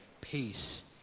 peace